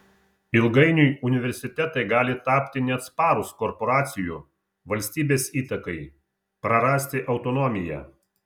ilgainiui universitetai gali tapti neatsparūs korporacijų valstybės įtakai prarasti autonomiją